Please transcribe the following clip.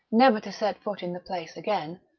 never to set foot in the place again,